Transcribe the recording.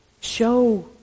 show